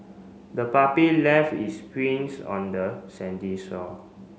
the puppy left its prints on the sandy shore